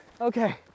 Okay